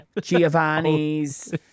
Giovanni's